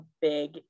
big